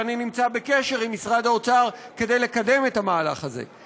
ואני נמצא בקשר עם משרד האוצר כדי לקדם את המהלך הזה.